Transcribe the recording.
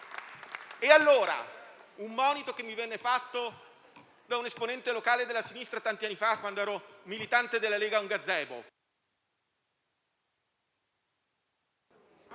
Ecco un monito che mi venne fatto da un esponente locale della sinistra tanti anni fa, quando ero militante della Lega, a un gazebo: